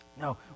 No